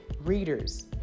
Readers